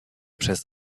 przez